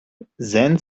then